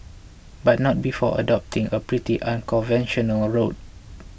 but not before adopting a pretty unconventional route